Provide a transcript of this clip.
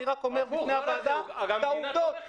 אני רק אומר בפני הוועדה את העובדות.